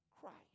Christ